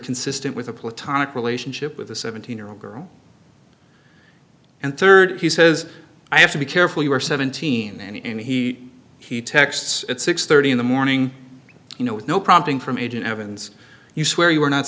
consistent with a platonic relationship with a seventeen year old girl and rd he says i have to be careful you are seventeen and he he texts at six thirty in the morning you know with no prompting from agent evans you swear you are not